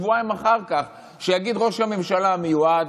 שבועיים אחר כך, שיגיד ראש הממשלה המיועד,